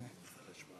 הנושא